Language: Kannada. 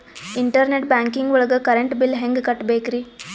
ಇಂಟರ್ನೆಟ್ ಬ್ಯಾಂಕಿಂಗ್ ಒಳಗ್ ಕರೆಂಟ್ ಬಿಲ್ ಹೆಂಗ್ ಕಟ್ಟ್ ಬೇಕ್ರಿ?